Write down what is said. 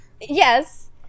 Yes